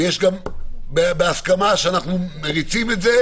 ויש גם הסכמה שאנחנו מריצים את זה,